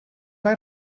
mae